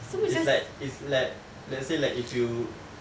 it's like it's like let's say like if you